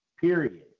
period